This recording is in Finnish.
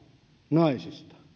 naisista